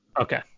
okay